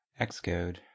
xcode